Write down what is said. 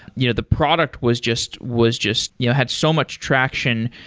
you know the product was just was just you know had so much traction.